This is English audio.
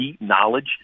knowledge